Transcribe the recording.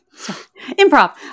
Improv